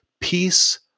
Peace